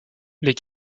les